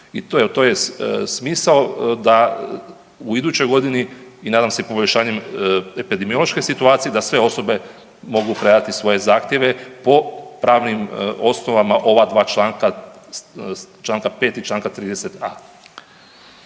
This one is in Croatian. I to je smisao da u idućoj godini i nadam se poboljšanjem epidemiološke situacije da sve osobe mogu predati svoje zahtjeve po pravnim osnovama ova dva članka, čl. 5. i čl. 30.a..